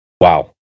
wow